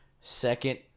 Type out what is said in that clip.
Second